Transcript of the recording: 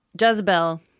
Jezebel